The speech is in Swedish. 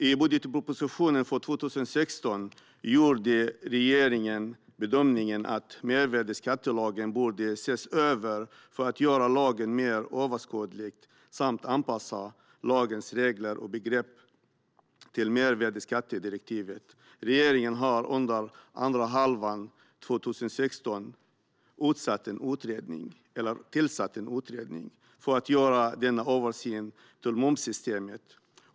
I budgetpropositionen för 2016 gjorde regeringen bedömningen att mervärdesskattelagen borde ses över för att göra lagen mer överskådlig samt anpassa lagens regler och begrepp till mervärdesskattedirektivet. Regeringen har under andra halvan av 2016 tillsatt en utredning för att göra denna översyn av momssystemet.